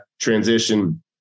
transition